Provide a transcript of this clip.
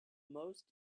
most